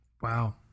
Wow